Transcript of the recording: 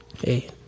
Hey